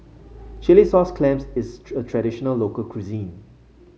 Chilli Sauce Clams is a traditional local cuisine